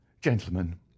Gentlemen